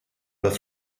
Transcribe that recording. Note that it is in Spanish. los